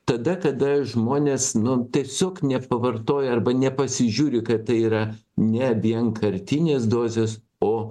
tada kada žmonės nu tiesiog nepavartoję arba nepasižiūri kad tai yra ne vienkartinės dozės o